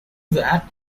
that